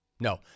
No